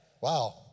Wow